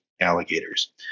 alligators